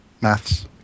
Maths